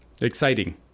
exciting